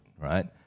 Right